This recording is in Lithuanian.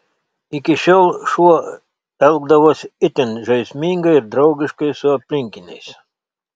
iki šiol šuo elgdavosi itin žaismingai ir draugiškai su aplinkiniais